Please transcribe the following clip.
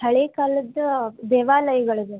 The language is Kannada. ಹಳೇ ಕಾಲದ ದೇವಾಲಯಗಳಿದೆ